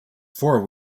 four